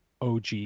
OG